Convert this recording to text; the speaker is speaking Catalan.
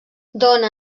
dóna